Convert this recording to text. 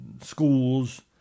schools